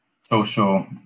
social